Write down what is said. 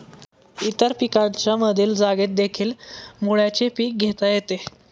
इतर पिकांच्या मधील जागेतदेखील मुळ्याचे पीक घेता येते